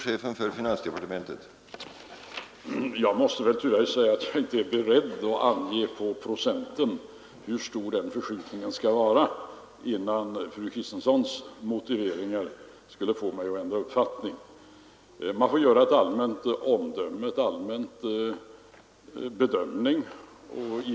Herr talman! Jag måste tyvärr säga att jag inte är beredd att ange på procenten hur stor förskjutningen skulle vara för att fru Kristenssons motiveringar kunde få mig att ändra uppfattning. Man får göra en allmän bedömning.